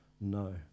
no